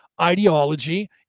ideology